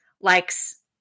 likes